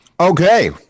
Okay